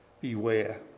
Beware